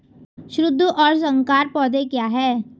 शुद्ध और संकर पौधे क्या हैं?